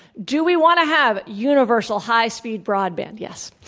do we want to have universal high speed broadband? yes.